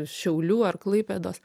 šiaulių ar klaipėdos